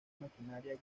maquinaria